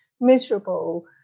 miserable